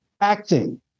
acting